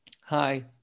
Hi